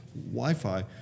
Wi-Fi